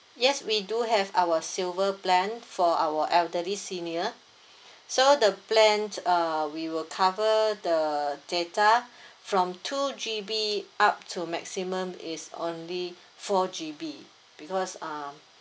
yes we do have our silver plan for our elderly senior so the plan err we will cover the data from two G_B up to maximum is only four G_B because um